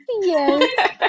yes